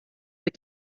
but